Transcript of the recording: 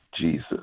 Jesus